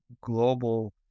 global